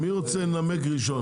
מי רוצה לנמק ראשון?